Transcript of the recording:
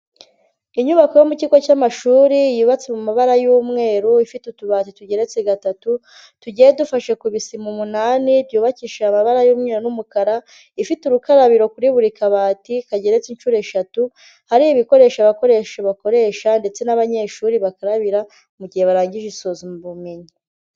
Inyubako yo mu kigo cy'amashuri yubatse mu mabara y'umweru ifite utubari tugeretse gatatu tugiye dufashe ku bisima umunani byubakishije amabara y'umweru n'umukara ifite urukarabiro kuri buri kabati kageretse inshuro eshatu hari ibikoresho abakoresha bakoresha ndetse n'abanyeshuri bakarabira mu gihe barangije isuzumabumenyi.